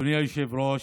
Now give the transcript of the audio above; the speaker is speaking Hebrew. אדוני היושב-ראש,